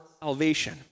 salvation